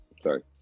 Sorry